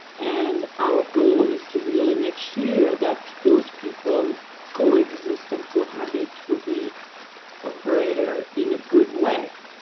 and our goal is to really make sure that those people coexist and cohabit with the operator in a good way.